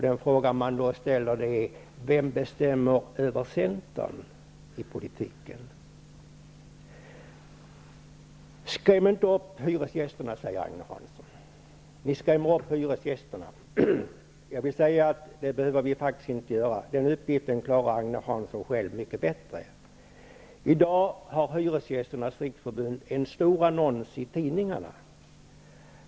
Den fråga man då ställer är: Vem bestämmer över Ni skrämmer upp hyresgästerna, säger Agne Hansson. Det behöver vi faktiskt inte göra. Den uppgiften klarar Agne Hansson själv mycket bättre. I dag har Hyresgästernas riksförbund en stor annons i tidningarna.